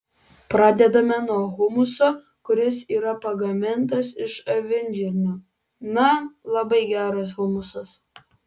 pradedame nuo humuso kuris yra pagamintas iš avinžirnių na labai geras humusas